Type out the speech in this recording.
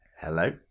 Hello